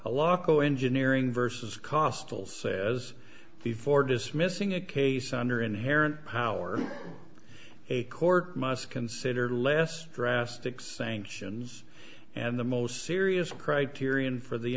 a lock oh engineering versus costal says before dismissing a case under inherent power a court must consider less drastic sanctions and the most serious criterion for the